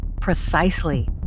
precisely